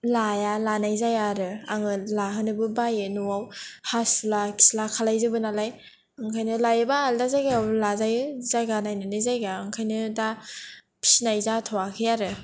लाया लानाय जाया आरो आङो लाहोनोबो बायो न'आव हासुला खिला खालामजोबो नालाय ओंखायनो लायोबा आलादा जायगायाव लाजायो जायगा नायनानै जायगा ओंखायनो दा फिसिनाय जाथ'वाखै आरो